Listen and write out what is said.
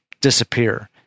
disappear